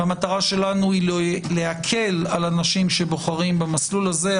המטרה שלנו היא להקל על אנשים שבוחרים במסלול זה.